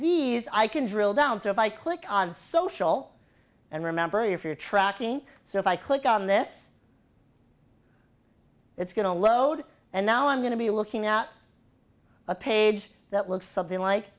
these i can drill down so if i click on social and remember you're tracking so if i click on this it's going to load and now i'm going to be looking at a page that looks something like